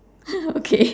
okay